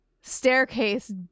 staircase